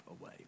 away